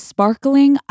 Sparkling